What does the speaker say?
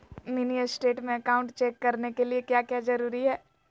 Mini state में account check करने के लिए क्या क्या जरूरी है?